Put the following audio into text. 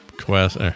Quest